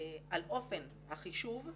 על אופן החישוב,